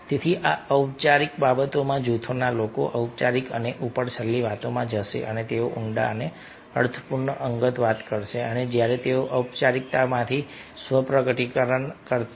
તેથી આ ઔપચારિક બાબતોમાંથી જૂથમાં લોકો ઔપચારિક અને ઉપરછલ્લી વાતોમાં જશે તેઓ ઊંડા અને અર્થપૂર્ણ અંગત વાત કરશે અને જ્યારે તેઓ ઔપચારિકમાંથી સ્વ પ્રકટીકરણ કરશે